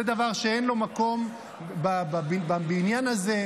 זה דבר שאין לו מקום בבניין הזה,